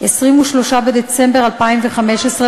23 בדצמבר 2015,